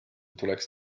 tuleks